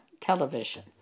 television